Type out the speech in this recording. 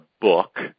book